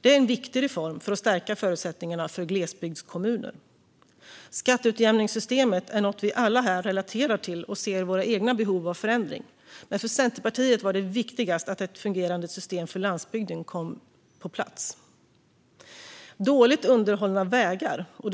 Det är en viktig reform för att stärka förutsättningar för glesbygdskommuner. Skatteutjämningssystemet är något vi alla här relaterar till, och vi ser olika behov av förändring. För Centerpartiet var det viktigast att ett fungerande system för landsbygden kom på plats. Dåligt underhållna vägar är vardag för många på landsbygden.